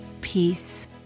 peace